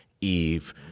Eve